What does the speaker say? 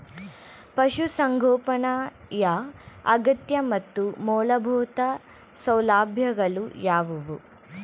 ಪಶುಸಂಗೋಪನೆಯ ಅಗತ್ಯ ಮತ್ತು ಮೂಲಭೂತ ಸೌಲಭ್ಯಗಳು ಯಾವುವು?